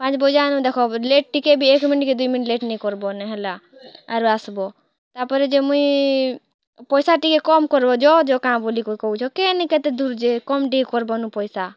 ପାଞ୍ଚ୍ ବଜାନୁ ଦେଖ୍ ଲେଟ୍ ଟିକେ ବି ଏକ୍ ମିନିଟ୍ କି ଦୁଇ ମିନିଟ୍ ଲେଟ୍ ନି କର୍ବ ହେଲା ଆର ଆସ୍ବ ତା'ର୍ପରେ ଯେ ମୁଇଁ ପଇସା ଟିକେ କମ୍ କର୍ବ ଜହ ଜହ କାଁ ବୋଲି କି କହୁଛ କେନେ କେତେ ଦୂର୍ ଯେ କମ୍ ଟିକେ କର୍ବ ନ ପଇସା